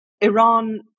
Iran